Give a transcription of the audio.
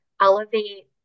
elevate